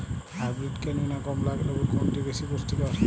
Hybrid কেনু না কমলা লেবু কোনটি বেশি পুষ্টিকর?